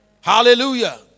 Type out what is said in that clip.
Hallelujah